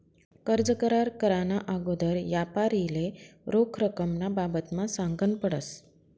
कर्ज करार कराना आगोदर यापारीले रोख रकमना बाबतमा सांगनं पडस